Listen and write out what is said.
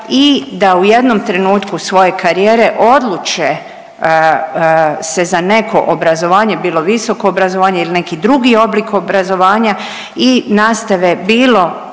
i da u jednom trenutku svoje karijere odluče se za neko obrazovanje, bilo visoko obrazovanje ili neki drugi oblik obrazovanja i nastave bilo